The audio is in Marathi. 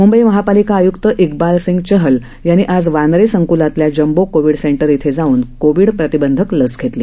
मुंबई महानगरपालिका आयुक्त इकबाल चहल यांनी आज वांद्रे संकुलातल्या जम्बो कोविड सेंटर इथं जाऊन कोविड प्रतिबंध लस घेतली